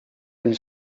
and